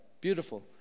Beautiful